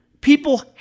People